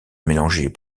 mélanger